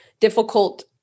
difficult